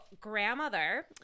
grandmother